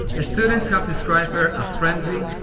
students have described her as friendly,